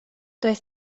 doedd